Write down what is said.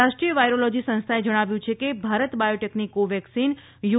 રાષ્ટ્રીય વાયરોલોજી સંસ્થાએ જણાવ્યું છે કે ભારત બાયોટેકની કોવેક્સિન યુ